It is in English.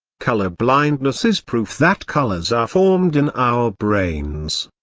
color blindness is proof that colors are formed in our brains.